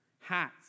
Hats